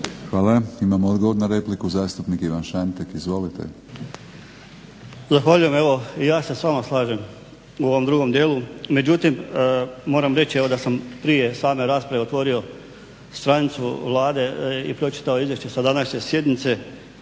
Hvala. Imamo odgovor na repliku, zastupnik Ivan Šantek. Izvolite. **Šantek, Ivan (HDZ)** Zahvaljujem. Evo i ja se s vama slažem u ovom drugom dijelu, međutim moram reći evo da sam prije same rasprave otvorio stranicu Vlade i pročitao izvješće sa današnje sjednice